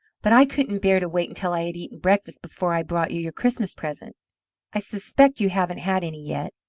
but i couldn't bear to wait until i had eaten breakfast before i brought you your christmas present i suspect you haven't had any yet.